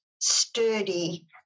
sturdy